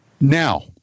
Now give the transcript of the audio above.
Now